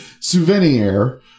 souvenir